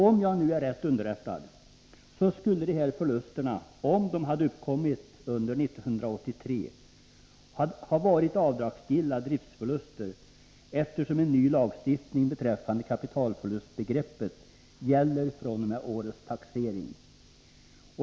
Om jag är rätt underrättad skulle dessa förluster, om de hade uppkommit under 1983, ha varit avdragsgilla driftsförluster, eftersom en ny lagstiftning beträffande kapitalförlustbegreppet gäller fr.o.m. årets taxering.